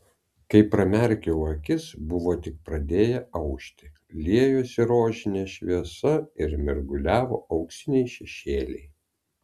kai pramerkiau akis buvo tik pradėję aušti liejosi rožinė šviesa ir mirguliavo auksiniai šešėliai